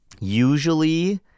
usually